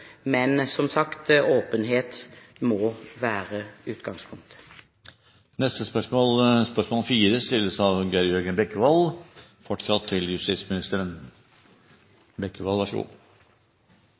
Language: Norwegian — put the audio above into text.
Men, som sagt, åpenhet må være utgangspunktet. Jeg tillater meg å stille følgende spørsmål til justisministeren: